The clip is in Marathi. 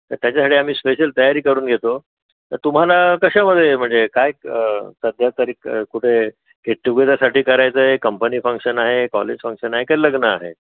तर त्याच्यासाठी आम्ही स्पेशल तयारी करून घेतो तर तुम्हाला कशामध्ये म्हणजे काय सध्या तरी क कुठे गेट टूगेदरसाठी करायचं आहे कंपनी फंक्शन आहे कॉलेज फंक्शन आहे का लग्न आहे